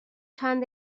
چند